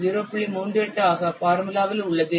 38 ஆக ஃபார்முலாவில் உள்ளது